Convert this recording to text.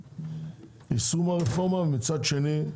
ומצד שני,